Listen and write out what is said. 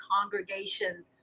congregation